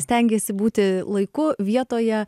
stengiesi būti laiku vietoje